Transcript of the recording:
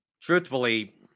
truthfully